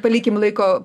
palikim laiko